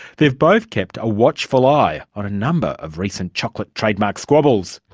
they've both kept a watchful eye on a number of recent chocolate trademark squabbles,